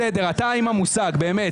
בסדר, אתה עם המושג, באמת.